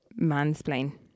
mansplain